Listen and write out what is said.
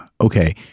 Okay